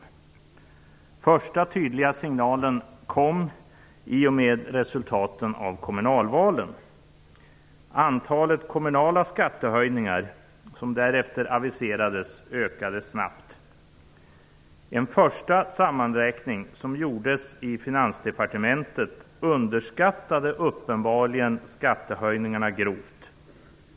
Den första tydliga signalen kom i och med resultaten av kommunalvalen. Antalet kommunala skattehöjningar som därefter aviserades ökade snabbt. Vid en första sammanräkning som gjordes i Finansdepartementet underskattades uppenbarligen skattehöjningarna grovt.